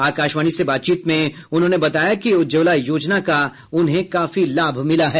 आकाशवाणी से बातचीत में बताया कि उज्ज्वला योजना का उन्हें लाभ मिला है